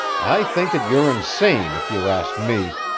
i think that you're insane, if you ask me!